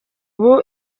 ubu